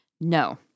No